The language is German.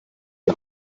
die